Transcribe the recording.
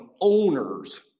owners